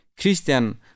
Christian